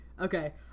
Okay